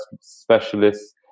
specialists